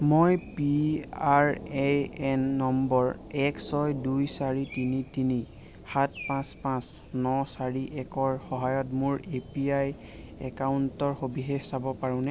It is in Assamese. মই P R A N number এক ছয় দুই চাৰি তিনি তিনি সাত পাঁচ পাঁচ ন চাৰি একৰ সহায়ত মোৰ এ পি ৱাই একাউণ্টৰ সবিশেষ চাব পাৰোঁনে